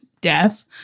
Death